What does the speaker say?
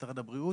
משרד הבריאות,